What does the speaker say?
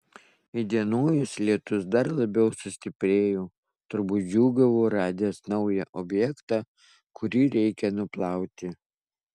įdienojus lietus dar labiau sustiprėjo turbūt džiūgavo radęs naują objektą kurį reikia nuplauti